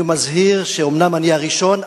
אני מזהיר שאומנם אני הראשון,